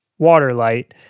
Waterlight